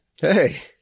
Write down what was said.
Hey